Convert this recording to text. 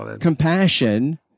compassion